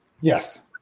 Yes